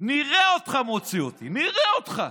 "נראה אותך מוציא אותי", נראה אותך,